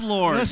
Lord